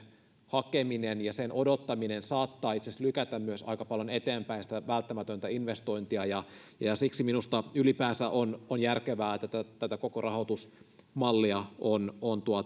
hakeminen ja sen odottaminen saattaa itse asiassa lykätä myös aika paljon eteenpäin sitä välttämätöntä investointia siksi minusta ylipäänsä on on järkevää että tätä koko rahoitusmallia on on